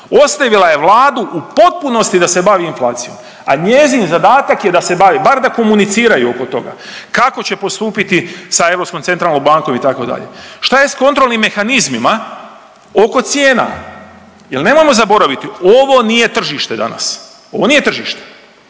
ostavila je Vladu u potpunosti da se bavi inflacijom, a njezin zadatak je da se bavi, bar da komuniciraju oko toga kako će postupiti sa Europskom centralnom bankom itd. Što je sa kontrolnim mehanizmima oko cijena? Jer nemojmo zaboraviti ovo nije tržište danas, ovo nije tržište.